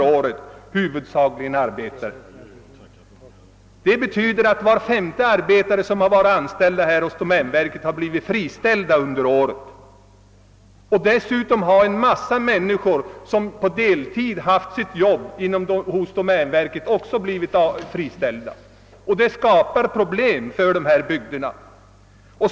Detta betyder att var femte arbetare som varit anställd hos domänverket blivit friställd under året. Dessutom har en mängd människor, som på deltid arbetat hos domänverket, likaledes friställts. Detta skapar problem för dessa bygder.